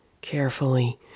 Carefully